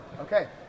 Okay